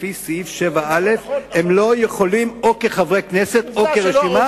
לפי סעיף 7א הם לא יכולים או כחברי כנסת או כרשימה,